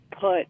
put